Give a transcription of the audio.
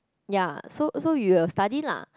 ya so so you will study lah